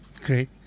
Great